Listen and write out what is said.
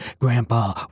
Grandpa